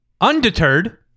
Undeterred